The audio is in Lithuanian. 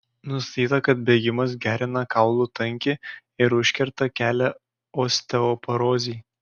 nustatyta kad bėgimas gerina kaulų tankį ir užkerta kelią osteoporozei